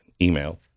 email